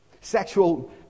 Sexual